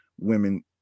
women